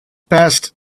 passed